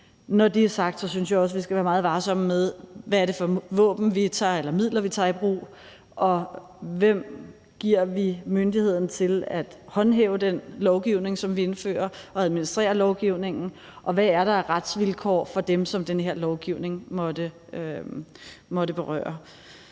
Når det er sagt, synes jeg også, at vi skal være meget varsomme, i forhold til hvad det er for nogle midler, vi tager i brug, og til hvem vi giver myndigheden til at håndhæve og administrere den lovgivning, som vi indfører, og hvad der er af retsvilkår for dem, som den her lovgivning måtte berøre.